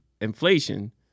inflation